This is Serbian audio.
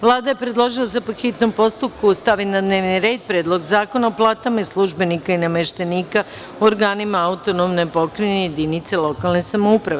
Vlada je predložila da se po hitnom postupku stavi na dnevni red - Predlog zakona o platama službenika i nameštenika u organima autonomne pokrajine i jedinice lokalne samouprave.